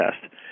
test